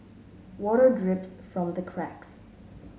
water drips from the cracks